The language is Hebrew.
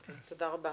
אוקיי, תודה רבה.